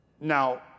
Now